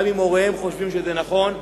גם אם הוריהם חושבים שזה נכון.